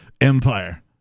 empire